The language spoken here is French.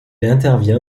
intervient